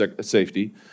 safety